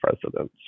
presidents